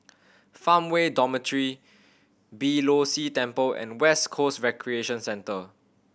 Farmway Dormitory Beeh Low See Temple and West Coast Recreation Centre